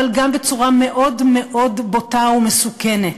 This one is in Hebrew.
אבל גם בצורה מאוד מאוד בוטה ומסוכנת.